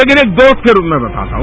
लेकिन एक दोस्त के रूप में बता रहा हूं